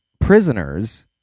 prisoners